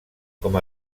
com